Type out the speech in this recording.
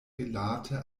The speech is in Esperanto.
rilate